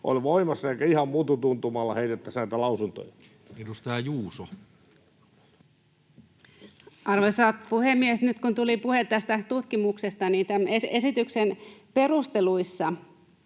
ovat voimassa, eikä ihan mutu-tuntumalla heitettäisi näitä lausuntoja. Edustaja Juuso. Arvoisa puhemies! Nyt kun tuli puhe tästä tutkimuksesta, niin tämän esityksen perusteluissa